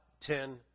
ten